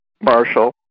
Marshall